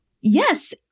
Yes